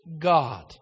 god